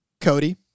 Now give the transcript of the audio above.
Cody